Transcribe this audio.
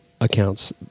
accounts